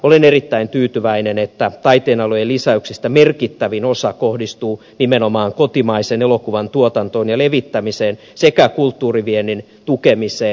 olen erittäin tyytyväinen että taiteenalojen lisäyksistä merkittävin osa kohdistuu nimenomaan kotimaisen elokuvan tuotantoon ja levittämiseen sekä kulttuuriviennin tukemiseen